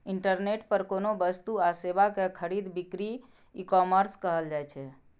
internet पर कोनो वस्तु आ सेवा के खरीद बिक्री ईकॉमर्स कहल जाइ छै